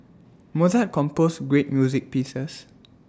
Mozart composed great music pieces